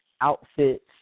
outfits